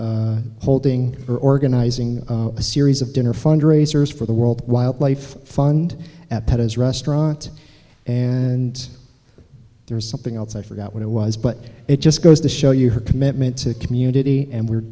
n holding her organizing a series of dinner fundraisers for the world wildlife fund at his restaurant and there's something else i forgot what it was but it just goes to show you her commitment to community and we're